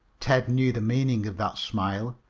ted knew the meaning of that smile.